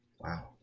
Wow